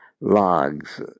logs